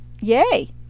yay